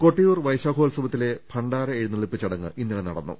കൊട്ടിയൂർ വൈശാഖോത്സവത്തിലെ ഭണ്ഡാര എഴുന്ന ള്ളിപ്പ് ചടങ്ങ് ഇന്നലെ നടന്നു